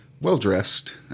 well-dressed